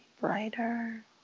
brighter